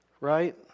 Right